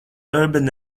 urban